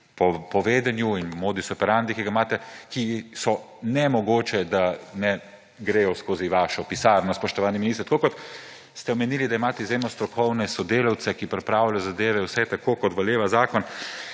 po vedenju in modus operandi, ki ga imate, je nemogoče, da ne gredo skozi vašo pisarno, spoštovani minister. Kot ste omenili, da imate izjemno strokovne sodelavce, ki pripravljajo vse zadeve tako, kot veleva zakon,